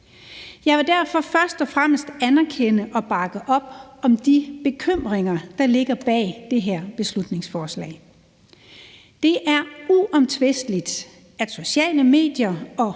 Jeg vil derfor først og fremmest anerkende og bakke op om de bekymringer, der ligger bag det her beslutningsforslag. Det er uomtvisteligt, at sociale medier og